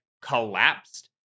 collapsed